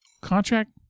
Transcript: contract